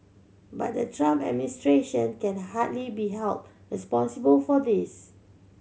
but the Trump administration can hardly be held responsible for this